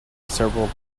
several